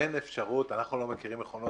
אין אפשרות, אנחנו לא מכירים מכונות